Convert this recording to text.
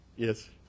Yes